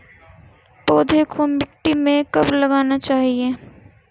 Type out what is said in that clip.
पौधे को मिट्टी में कब लगाना चाहिए?